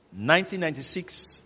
1996